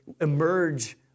emerge